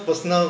personal